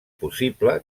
possible